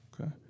Okay